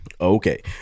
Okay